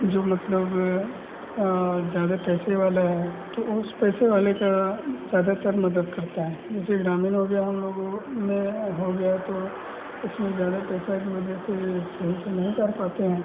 जो मतलब तो ज़्यादा पैसे वाला है तो उस पैसे वाले का ज़्यादातर मदद करते हैं जैसे ग्रामीण हो गया हम लोगों में हो गया तो इसमें ज़्यादा पैसे की वजह से जे सही से नहीं कर पाते हैं